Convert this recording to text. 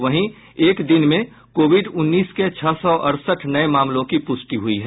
वहीं एक दिन में कोविड उन्नीस के छह सौ अड़सठ नये मामलों की पुष्टि हुई है